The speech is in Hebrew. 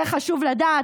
זה חשוב לדעת.